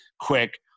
quick